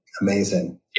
amazing